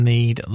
Need